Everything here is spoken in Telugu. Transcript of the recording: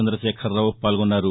చంద్రశేఖరరావు పాల్గొన్నారు